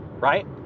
right